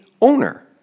owner